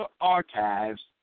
archives